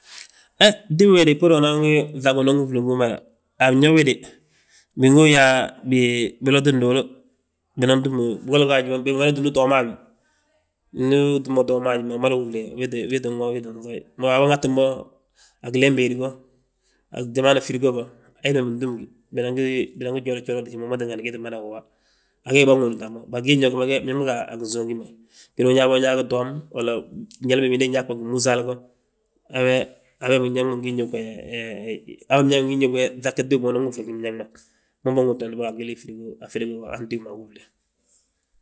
he tíw we de bburi unan ŧag winan wúfli ngi hú ma. Anyo we de, bingi yaa bi biloti nduulu, binan túm, bigolla gaaj bimada túmni toom ma a wi. Ndu utúm mo toom ma a wi, wi mada wúfle, wii ttin wooye, wii tti ŧooye. Mee waabo ŋatin bo, a gilen béedi go, a jamano frigo go, héd ma bintúmgi binan, gi joolot joolot wi ma tíngani, gii tti mada woowa. A gee bâŋóodna mo, mee gin yo ge biñaŋ ma ga ginsów wi ma, gini binyaa bo biyaa bo toom, walla njali bimindi nyaa gbo gimmúsal go. A we biñaŋ ngi ŧage tíw ma winan wúfli ngi biñaŋ ma, biñaŋ ma ŋóodim bo a gwili frigo han tíw ma wúfle.